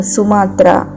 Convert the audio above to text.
Sumatra